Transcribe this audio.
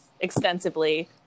extensively